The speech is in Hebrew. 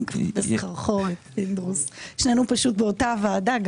פינדרוס, שנינו באותה ועדה.